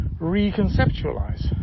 reconceptualize